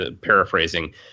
paraphrasing